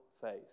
faith